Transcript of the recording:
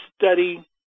study